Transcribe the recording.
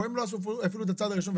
פה הם לא עשו אפילו את הצעד הראשון.